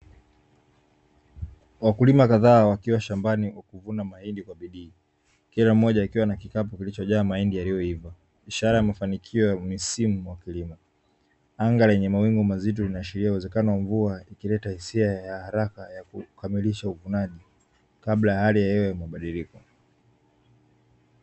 Wakulima kadhaa wakiwa shambani wakivuna mahindi kwa bidii kila mmoja akiwa na kikapu kilichojaa mahindi yaliyoiva, ishara ya mafanikio ya msimu wa kilimo, anga lenye mawingu mazito ikiashilia uwezekano wa mvua ikileta hisia ya haraka ya kukamilisha uvunaji kabla ya hali ya hewa ya mabadiliko.